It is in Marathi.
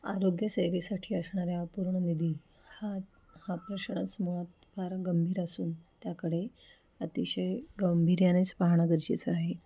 आरोग्यसेवेसाठी असणारा अपूर्ण निधी हा हा प्रश्नच मुळात फार गंभीर असून त्याकडे अतिशय गांभीर्यानंच पाहणं गरजेचं आहे